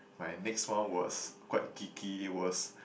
my next one was quite geeky it was